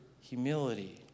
humility